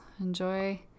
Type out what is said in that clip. enjoy